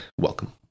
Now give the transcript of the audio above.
welcome